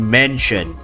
mention